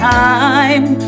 time